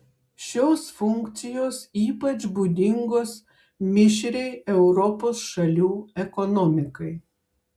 šios funkcijos ypač būdingos mišriai europos šalių ekonomikai